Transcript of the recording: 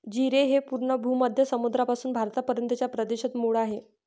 जीरे हे पूर्व भूमध्य समुद्रापासून भारतापर्यंतच्या प्रदेशात मूळ आहे